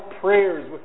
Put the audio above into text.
prayers